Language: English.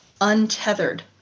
untethered